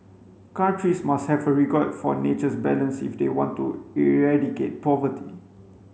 countries must have a regard for nature's balance if they want to eradicate poverty